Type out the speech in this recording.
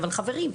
אבל חברים,